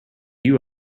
you